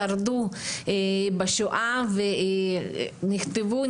שרדו בשואה ונכתבו,